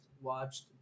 watched